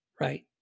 right